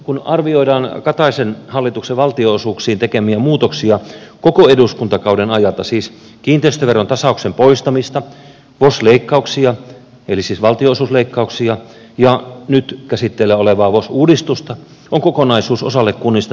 kun arvioidaan kataisen hallituksen valtionosuuksiin tekemiä muutoksia koko eduskuntakauden ajalta siis kiinteistöveron tasauksen poistamista vos leikkauksia eli siis valtionosuusleikkauksia ja nyt käsitteillä olevaa vos uudistusta on kokonaisuus osalle kunnista täysin kohtuuton